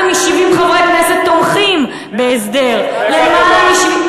למעלה מ-70 חברי כנסת תומכים בהסדר, למעלה מ-70.